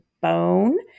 Bone